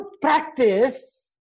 practice